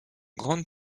grande